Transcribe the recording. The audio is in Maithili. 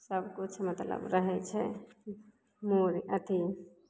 सबकिछु मतलब रहै छै मुर अथी